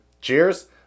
cheers